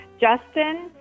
Justin